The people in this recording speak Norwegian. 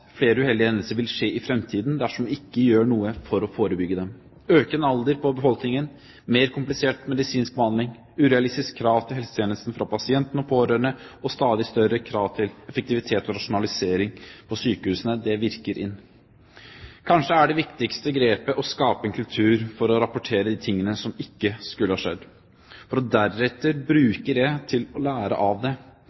flere uheldige hendelser vil skje i fremtiden dersom vi ikke gjør noe for å forebygge dem. Økende alder på befolkningen, mer komplisert medisinsk behandling, urealistiske krav til helsetjenesten fra pasienten og de pårørende og stadig større krav til effektivitet og rasjonalisering på sykehusene, det virker inn. Kanskje det viktigste grepet er å skape en kultur for å rapportere de tingene som ikke skulle ha skjedd, for deretter å